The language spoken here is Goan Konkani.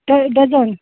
ड डजन